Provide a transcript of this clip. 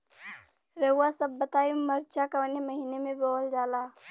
रउआ सभ बताई मरचा कवने महीना में बोवल जाला?